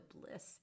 bliss